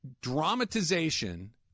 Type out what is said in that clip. dramatization